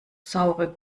saure